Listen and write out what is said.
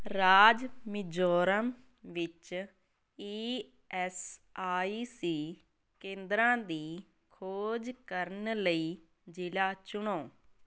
ਰਾਜ ਮਿਜ਼ੋਰਮ ਵਿੱਚ E S I C ਕੇਂਦਰਾਂ ਦੀ ਖੋਜ ਕਰਨ ਲਈ ਜ਼ਿਲ੍ਹਾ ਚੁਣੋ